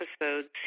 episodes